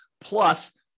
plus